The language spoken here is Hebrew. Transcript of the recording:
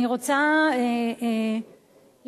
אני רוצה לומר,